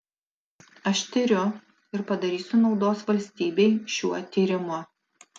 aš tiriu ir padarysiu naudos valstybei šiuo tyrimu